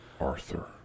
Arthur